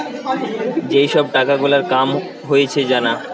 যেই সব টাকা গুলার কাম হয়েছে জানা